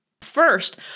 First